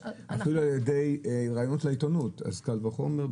אפילו על ידי ראיונות לעיתונות אז קל וחומר,